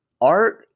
art